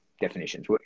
definitions